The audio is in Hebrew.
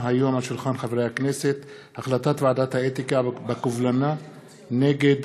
החלטת ועדת האתיקה בקובלנה נגד